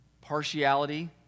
Partiality